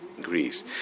Greece